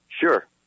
Sure